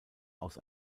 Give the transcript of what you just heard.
aus